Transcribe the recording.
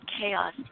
chaos